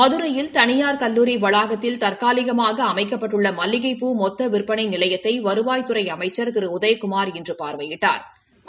மதுரையில் தனியார் கல்லூரி வளாகத்தில் தற்காலிகமாக அமைக்கப்பட்டுள்ள மல்லிகைப் பூ மொத்த விற்பனை நிலையத்தை வருவாய்த்துறை அமைச்ச் திரு உதயகுமாா் இன்று பாா்வையிட்டாா்